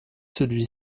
celui